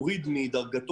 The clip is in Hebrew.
למנכ"ל.